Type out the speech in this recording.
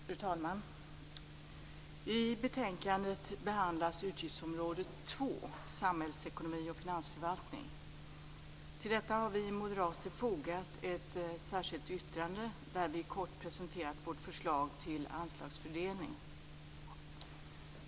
Fru talman! I betänkandet behandlas utgiftsområde 2, Samhällsekonomi och finansförvaltning. Till detta har vi moderater fogat ett särskilt yttrande där vi kort presenterat vårt förslag till anslagsfördelning.